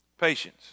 patience